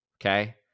Okay